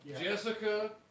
Jessica